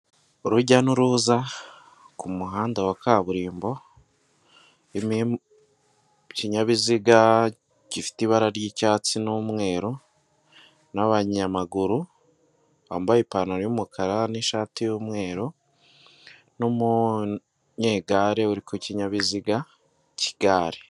Urujya n'uruza ku muhanda wa kaburimbo, urimo ikinyabiziga gifite ibara ry'icyatsi n'umweru, n'abanyamaguru bambaye ipantaro y'umukara, n'ishati y'umweru, n'umunyegare uri ku kinyabiziga k'igare.